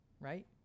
right